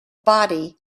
body